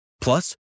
Plus